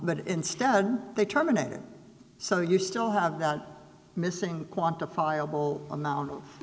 but instead they terminated so you still have the missing quantifiable amount of